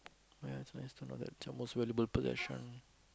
oh ya it's nice to know that it's your most valuable possession